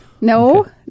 No